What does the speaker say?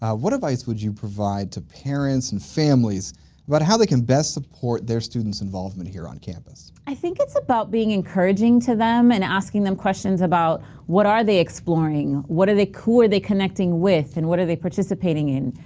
what advice would you provide to parents and families about how they can best support their students involvement here on campus? i think it's about being encouraging to them and asking them questions about what are they exploring, what are they, who are they connecting with and what are they participating in?